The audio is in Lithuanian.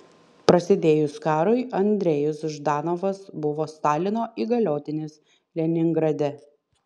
prasidėjus karui andrejus ždanovas buvo stalino įgaliotinis leningrade